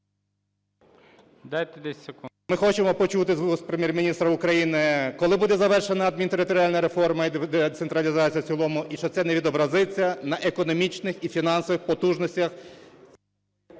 БАТЕНКО Т.І. Ми хочемо почути з вуст Прем'єр-міністра України, коли буде завершена адмінтериторіальна реформа і децентралізація в цілому, і що це не відобразиться на економічних і фінансових потужностях…